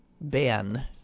Ben